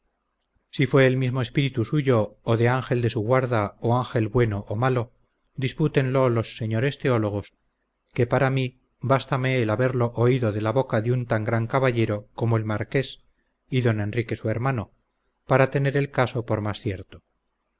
si fue el mismo espíritu suyo o del ángel de su guarda o ángel bueno o malo dispútenlo los señores teólogos que para mi bástame el haberlo oído de la boca de un tan gran caballero como el marqués y d enrique su hermano para tener el caso por más cierto